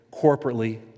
corporately